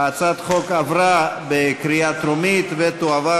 הצעת החוק עברה בקריאה טרומית ותועבר